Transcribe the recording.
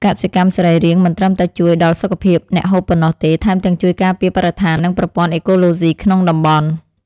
កសិកម្មសរីរាង្គមិនត្រឹមតែជួយដល់សុខភាពអ្នកហូបប៉ុណ្ណោះទេ ថែមទាំងជួយការពារបរិស្ថាននិងប្រព័ន្ធអេកូឡូស៊ីក្នុងតំបន់។